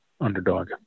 underdog